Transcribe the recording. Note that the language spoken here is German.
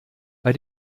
bei